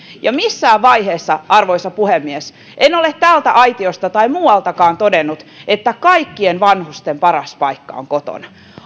missään vaiheessa arvoisa puhemies en ole täältä aitiosta tai muualtakaan todennut että kaikkien vanhusten paras paikka on kotona